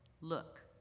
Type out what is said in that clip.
look